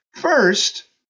First